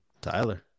Tyler